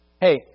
Hey